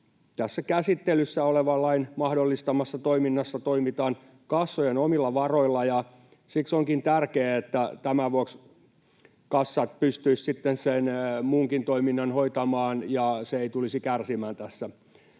Tässä käsittelyssä olevan lain mahdollistamassa toiminnassa toimitaan kassojen omilla varoilla, ja siksi onkin tärkeää, että tämän vuoksi kassat pystyisivät sitten sen muunkin toiminnan hoitamaan ja se ei tulisi kärsimään tässä,